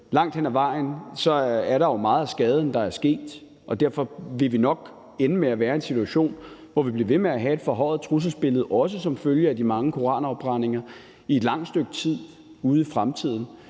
Langt hen ad vejen er meget af skaden jo sket, og derfor vil vi nok ende med at være i en situation, hvor vi bliver ved med at have et forhøjet trusselsniveau, også som følge af de mange koranafbrændinger, i et langt stykke tid ud i fremtiden.